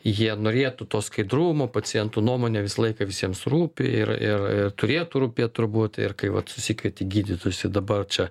jie norėtų to skaidrumo pacientų nuomonė visą laiką visiems rūpi ir ir ir turėtų rūpėt turbūt ir kai vat susikvieti gydytojus ir dabar čia